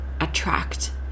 attract